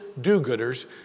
do-gooders